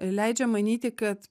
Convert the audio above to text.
leidžia manyti kad